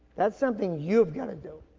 that's something you've gotta do.